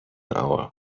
hour